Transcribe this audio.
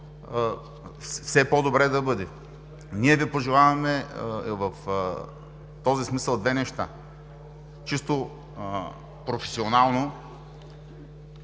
все по-добре да бъде! Ние Ви пожелаваме в този смисъл две неща – чисто професионално